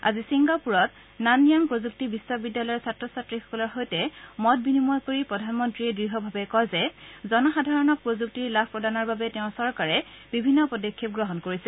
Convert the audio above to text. আজি ছিংগাপুৰত নানয়াং প্ৰযুক্তি বিশ্ববিদ্যালয়ৰ ছাত্ৰ ছাত্ৰীসকলৰ সৈতে মত বিনিময় কৰি প্ৰধানমন্ত্ৰীয়ে দৃঢ়ভাৱে কয় যে সাধাৰণ জনসাধাৰণক প্ৰযুক্তিৰ লাভ প্ৰদানৰ বাবে তেওঁৰ চৰকাৰে বিভিন্ন পদক্ষেপ গ্ৰহণ কৰিছে